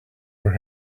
were